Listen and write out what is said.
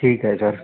ठीक आहे तर